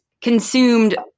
consumed